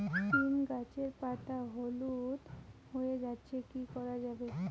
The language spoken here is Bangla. সীম গাছের পাতা হলুদ হয়ে যাচ্ছে কি করা যাবে?